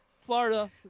Florida